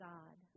God